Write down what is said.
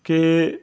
کہ